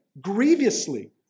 grievously